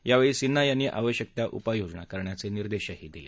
यावेळी सिन्हा यांनी आवश्यक त्या उपाययोजना करण्याचे निर्देशही दिले